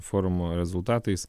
forumo rezultatais